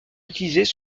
utilisées